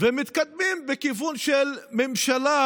ומתקדמים בכיוון של ממשלה